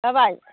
जाबाय